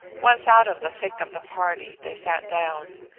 once out of the thick of the party, they sat down.